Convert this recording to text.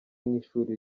nk’ishuri